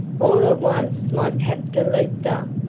all at once my captor leaped up,